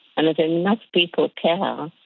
and if enough people care, ah